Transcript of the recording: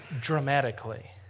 dramatically